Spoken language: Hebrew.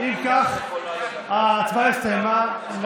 אם כך, ההצבעה הסתיימה.